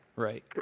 right